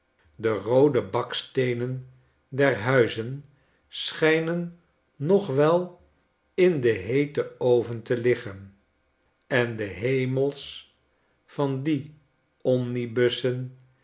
de roode baksteenen der huizen schijnen nog wel in den heeten oven teliggen en de hemels van die